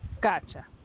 Gotcha